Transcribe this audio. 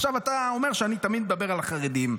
עכשיו אתה אומר שאני תמיד מדבר על החרדים,